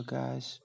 guys